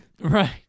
Right